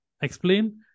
Explain